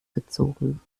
gezogen